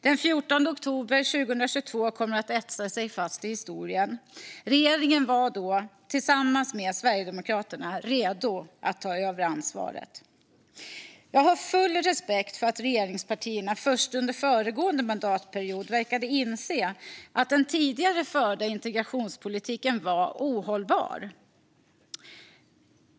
Den 14 oktober 2022 kommer att etsa sig fast i historien. Regeringen var då, tillsammans med Sverigedemokraterna, redo att ta det ansvaret. Jag har full respekt för att regeringspartierna först under föregående mandatperiod verkade inse att den tidigare förda integrationspolitiken var ohållbar.